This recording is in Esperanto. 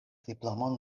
diplomon